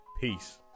Peace